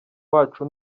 wacu